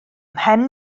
mhen